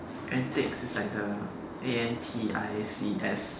antics is like the A N T I C S